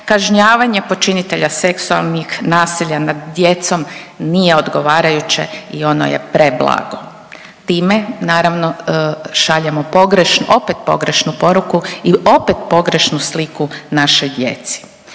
kažnjavanje počinitelja seksualnih nasilja nad djecom nije odgovarajuće i ono je preblago. Time naravno šaljemo pogrešnu, opet pogrešnu poruku i opet pogrešnu sliku našoj djeci.